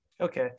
Okay